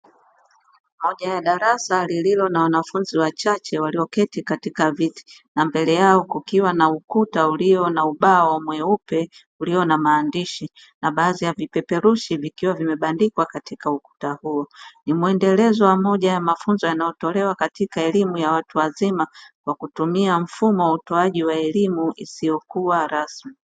Moja ya darasa lililo na wanafunzi wachache walioketi katika viti na mbele yao kukiwa na ukuta ulio na ubao mweupe ulio na maandishi, na baadhi ya vipeperushi vikiwa vimebandikwa katika ukuta huo. Ni mwendelezo wa moja ya mafunzo yanayotolewa katika elimu ya watu wazima kwa kutumia mfumo wa utoaji wa elimu isiyokuwa rasmi.